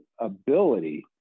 ability